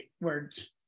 words